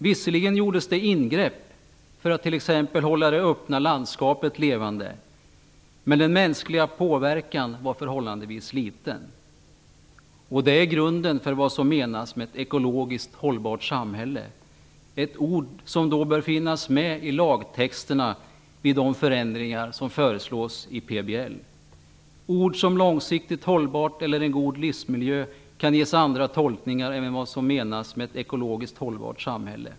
Visserligen gjordes det ingrepp för att t.ex. hålla det öppna landskapet levande, men den mänskliga påverkan var förhållandevis liten. Det är grunden för vad som menas med ett ekologiskt hållbart samhälle, ord som då bör finnas med i lagtexterna vid de förändringar som föreslås i PBL. Ord som långsiktigt hållbart eller en god livsmiljö, kan ges andra tolkningar än vad som menas med ett ekologiskt hållbart samhälle.